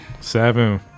Seven